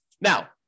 now